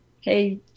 hey